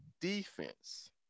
defense